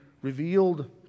revealed